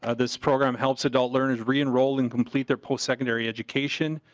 ah this program helps adult learners reenroll in complete their post secondary education.